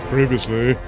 Previously